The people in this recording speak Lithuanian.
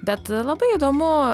bet labai įdomu